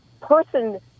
person